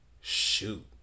Shoot